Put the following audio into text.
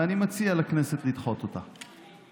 ואני מציע לכנסת לדחות אותה.